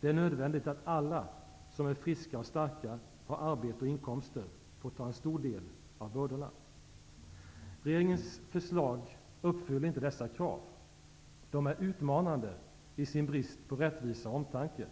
Det är nödvändigt att alla som är friska och starka, har arbete och inkomster, får ta en stor del av bördorna. Regeringens förslag uppfyller inte dessa krav. De är utmanande i sin brist på rättvisa och omtanke.